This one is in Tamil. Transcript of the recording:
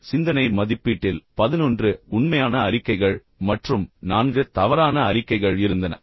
முன் சிந்தனை மதிப்பீட்டில் 11 உண்மையான அறிக்கைகள் மற்றும் 4 தவறான அறிக்கைகள் இருந்தன